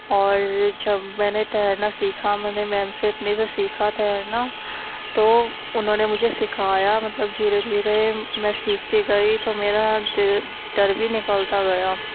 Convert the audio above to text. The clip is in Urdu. اور جب میں نے تیرنا سیکھا میں نے میم سے اپنے سے سیکھا تیرنا تو انہوں نے مجھے سکھایا مطلب دھیرے دھیرے میں سیکھتی گئی تو میرا دل ڈر بھی نکلتا گیا